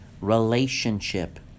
relationship